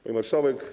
Pani Marszałek!